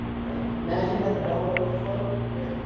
right. imagine you got the buffer overflow here,